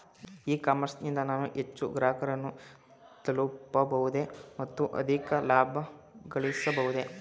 E commerce ನಿಂದ ನಾನು ಹೆಚ್ಚು ಗ್ರಾಹಕರನ್ನು ತಲುಪಬಹುದೇ ಮತ್ತು ಅಧಿಕ ಲಾಭಗಳಿಸಬಹುದೇ?